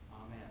Amen